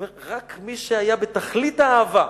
הוא אומר: רק מי שהיה בתכלית האהבה.